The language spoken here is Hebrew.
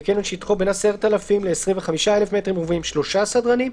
בקניון ששטחו בין 10,000 ל-25,000 מטרים רבועים 3 סדרנים,